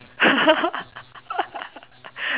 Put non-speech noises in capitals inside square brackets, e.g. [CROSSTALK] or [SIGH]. [LAUGHS]